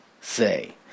say